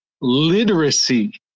literacy